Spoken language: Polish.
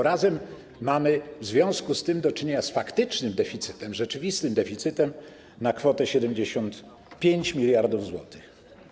Razem mamy w związku z tym do czynienia z faktycznym deficytem, rzeczywistym deficytem na kwotę 75 mld zł.